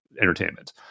entertainment